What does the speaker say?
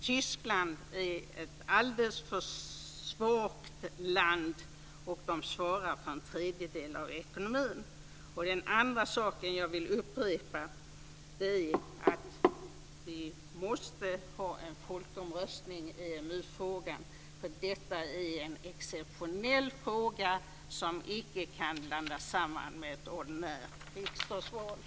Tyskland är ett alldeles för svagt land, och de svarar för en tredjedel av ekonomin. Den andra saken, som jag vill upprepa, är att vi måste ha en folkomröstning i EMU-frågan, för detta är en exceptionell fråga som inte kan blandas samman med ett ordinärt riksdagsval.